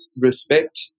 respect